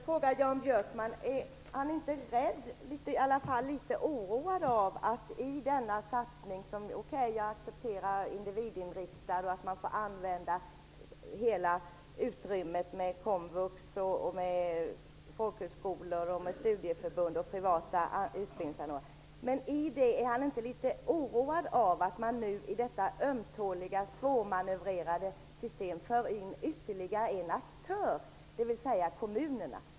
Fru talman! Jag vill fråga Jan Björkman om han inte är litet oroad. Jag accepterar individinriktning och att man får använda hela utrymmet med komvux, folkhögskolor, studieförbund och privata utbildningsanordnare. Men är inte Jan Björkman litet oroad över att man nu i detta ömtåliga och svårmanövrerade system för in ytterligare en aktör, dvs. kommunerna?